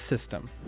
system